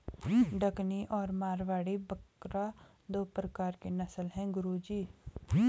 डकनी और मारवाड़ी बकरा दो प्रकार के नस्ल है गुरु जी